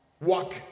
Walk